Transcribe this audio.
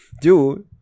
dude